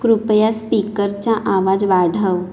कृपया स्पीकरचा आवाज वाढव